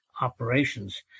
operations